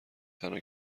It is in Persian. تنها